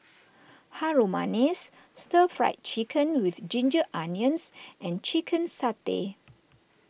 Harum Manis Stir Fried Chicken with Ginger Onions and Chicken Satay